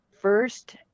first